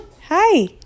Hi